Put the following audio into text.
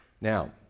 Now